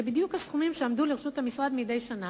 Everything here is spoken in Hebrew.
זה בדיוק הסכומים שעמדו לרשות המשרד מדי שנה,